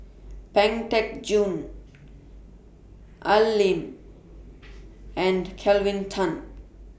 Pang Teck Joon Al Lim and Kelvin Tan